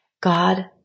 God